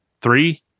three